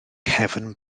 nghefn